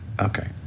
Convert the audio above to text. Okay